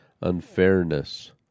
unfairness